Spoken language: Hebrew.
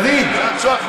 דוד, צאו.